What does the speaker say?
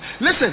Listen